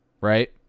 Right